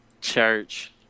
Church